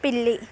పిల్లి